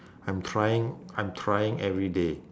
I'm trying I'm trying every day